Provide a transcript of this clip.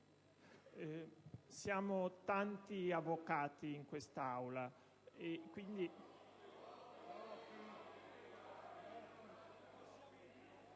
siamo tanti avvocati in quest'Aula...